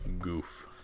goof